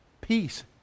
Peace